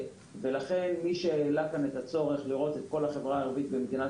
לכן מי שהעלה את הצורך לראות את כל החברה הערבית במדינת